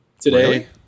today